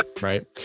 right